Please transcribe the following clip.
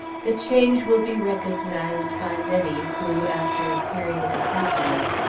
the change will be recognized by many, who, after a period of happiness,